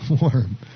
warm